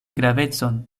gravecon